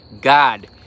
God